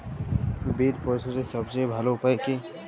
বিল পরিশোধের সবচেয়ে ভালো উপায় কী?